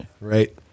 right